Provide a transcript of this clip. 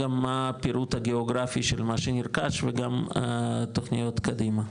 גם הפירוט הגאוגרפי של מה שנרכש וגם תוכניות קדימה.